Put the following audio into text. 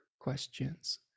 questions